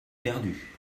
perdu